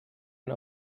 una